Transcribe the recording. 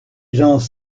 gens